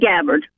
Gabbard